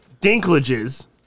Dinklages